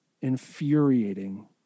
infuriating